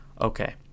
Okay